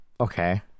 Okay